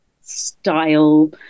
style